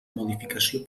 modificació